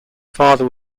father